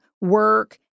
work